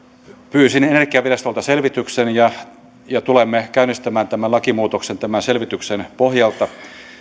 pyysin energiavirastolta selvityksen ja tulemme käynnistämään tämän lakimuutoksen tämän selvityksen pohjalta